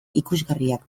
ikusgarriak